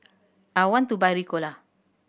I want to buy Ricola